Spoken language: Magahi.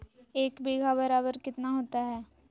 एक बीघा बराबर कितना होता है?